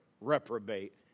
Reprobate